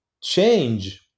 change